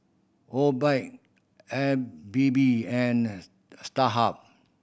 Obike Habibie and Starhub